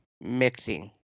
Mixing